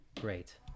Great